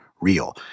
real